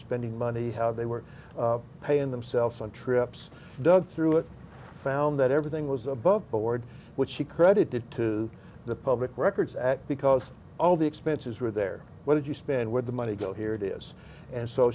spending money how they were paying themselves on trips dug through it found that everything was above board which she credited to the public records act because all the expenses were there whether you spend where the money go here it is and so